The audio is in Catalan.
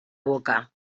boca